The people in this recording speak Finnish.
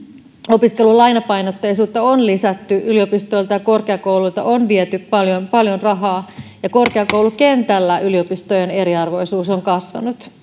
opiskelun lainapainotteisuutta on lisätty yliopistoilta ja korkeakouluilta on viety paljon paljon rahaa ja korkeakoulukentällä yliopistojen eriarvoisuus on kasvanut